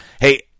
Hey